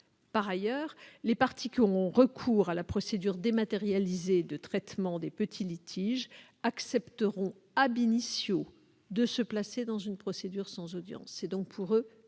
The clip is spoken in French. Par ailleurs, les parties qui ont recours à la procédure dématérialisée de traitement des petits litiges accepteront de se placer dans une procédure sans audience. Pour ces